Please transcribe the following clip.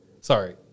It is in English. sorry